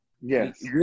Yes